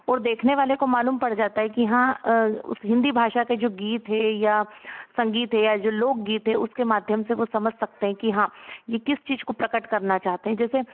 और देखने वाले को मालूम पड़ जाता है कि हाँ उस हिन्दी भाषा के जो गीत है या संगीत है या जो लोक गीत है उसके माध्यम से वो समझ सकते हैं की हाँ ये किस चीज को प्रकट करना चाहते हैं जैसे